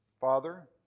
Father